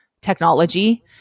technology